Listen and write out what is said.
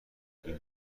این